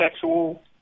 sexual